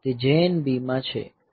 તે JNB માં છે